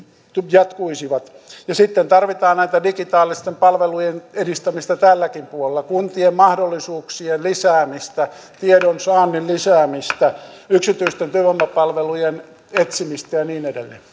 jatkuisivat ja sitten tarvitaan digitaalisten palvelujen edistämistä tälläkin puolella kuntien mahdollisuuksien lisäämistä tiedonsaannin lisäämistä yksityisten työvoimapalvelujen etsimistä ja niin edelleen